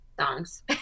songs